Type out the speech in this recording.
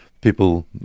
people